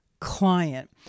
client